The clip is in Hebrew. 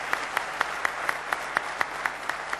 (מחיאות כפיים)